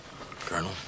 colonel